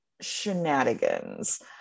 shenanigans